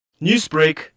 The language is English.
Newsbreak